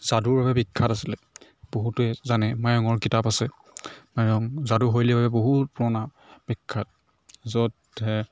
যাদুৰ বাবে বিখ্যাত আছিলে বহুতে জানে মায়ঙৰ কিতাপ আছে মায়ং যাদুশৈলীৰ বাবে বহুত পুৰণা বিখ্যাত য'ত